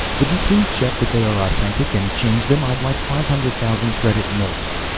would you please check that they are authentic and change them? i'd like five hundred thousand credit notes.